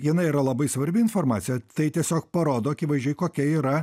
jinai yra labai svarbi informacija tai tiesiog parodo akivaizdžiai kokia yra